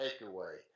takeaway